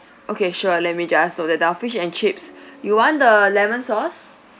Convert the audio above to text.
okay sure let me just note that down fish and chips you want the lemon sauce